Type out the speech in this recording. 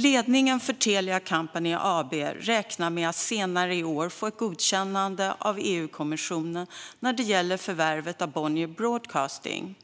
Ledningen för Telia Company AB räknar med att senare i år få ett godkännande av EU-kommissionen när det gäller förvärvet av Bonnier Broadcasting.